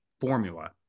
formula